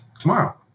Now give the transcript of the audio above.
tomorrow